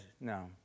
no